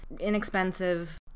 inexpensive